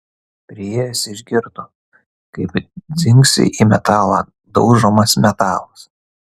priėjęs išgirdo kaip dzingsi į metalą daužomas metalas